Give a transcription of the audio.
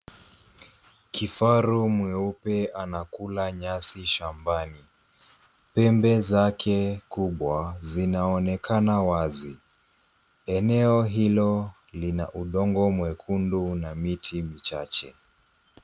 Kifaru mweupe anakula nyasi shambani. Pembe zake kubwa zinaonekana wazi. Eneo hilo lina udongo mwekundu na miti michache.